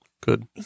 Good